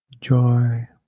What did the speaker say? joy